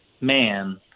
man